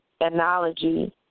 analogy